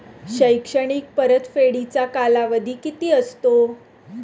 शैक्षणिक परतफेडीचा कालावधी किती असतो?